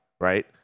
right